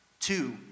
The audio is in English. Two